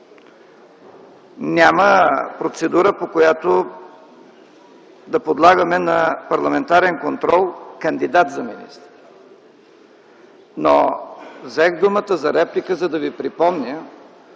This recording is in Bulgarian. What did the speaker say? Няма процедура, по която да подлагаме на парламентарен контрол кандидат за министър. Взех думата за реплика, за да Ви припомня,